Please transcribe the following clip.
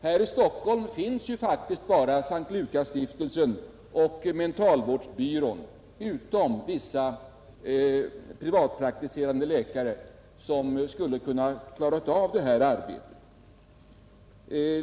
Här i Stockholm är det ju faktiskt bara S:t Lukasstiftelsen och mentalvårdsbyrån, förutom vissa privatpraktiserande läkare, som skulle kunna klara av det här arbetet.